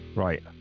Right